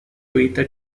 evita